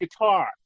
guitar